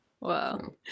Wow